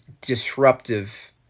disruptive